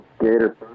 Gator